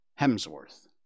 Hemsworth